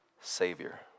Savior